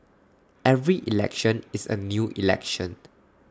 every election is A new election